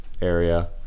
area